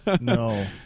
no